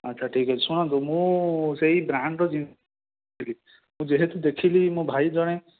ଆଚ୍ଛା ଠିକ୍ଅଛି ଶୁଣନ୍ତୁ ମୁଁ ସେହି ବ୍ରାଣ୍ଡର ଜିନିଷ ନେବି ଯେହେତୁ ଦେଖିଲି ମୋ ଭାଇ ଜଣେ